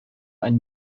ein